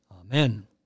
Amen